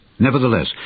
Nevertheless